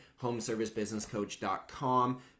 homeservicebusinesscoach.com